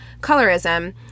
colorism